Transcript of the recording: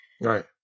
Right